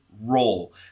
role